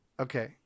Okay